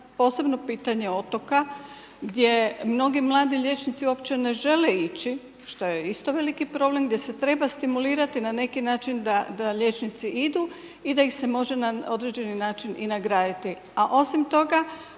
posebno pitanje otoka gdje mnogi mladi liječnici uopće ne žele ići što je isto veliki problem, gdje se treba stimulirati na neki način da liječnici idu i da ih se može na određeni način i nagraditi. A osim toga,